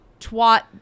twat